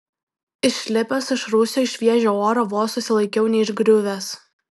išlipęs iš rūsio į šviežią orą vos susilaikiau neišgriuvęs